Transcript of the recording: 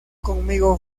conmigo